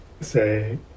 say